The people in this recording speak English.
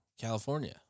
California